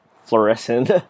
fluorescent